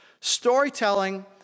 Storytelling